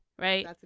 right